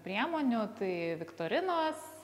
priemonių tai viktorinos